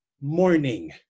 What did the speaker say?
morning